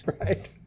right